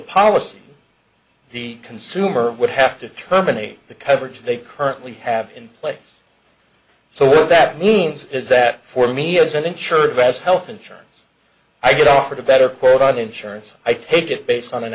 policy the consumer would have to terminate the coverage they currently have in place so that means is that for me as an insured best health insurance i get offered a better quote on insurance i take it based on an